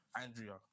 Andrea